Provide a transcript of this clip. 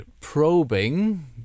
probing